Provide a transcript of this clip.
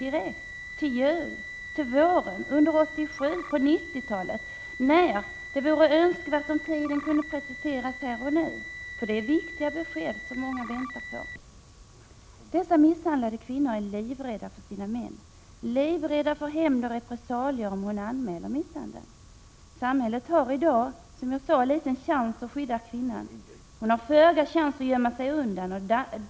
Till jul, till våren, under 1987, på 1990-talet? Det skulle vara önskvärt om tidpunkten kunde preciseras här och nu, för detta är viktiga besked, som behöver lämnas. Dessa misshandlade kvinnor är livrädda för sina män — för hämnd och repressalier om de anmäler misshandeln. Samhället har i dag liten chans att skydda kvinnan. Hon har föga chans att gömma sig undan.